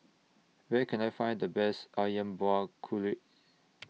Where Can I Find The Best Ayam Buah Keluak